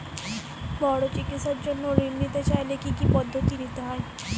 বড় চিকিৎসার জন্য ঋণ নিতে চাইলে কী কী পদ্ধতি নিতে হয়?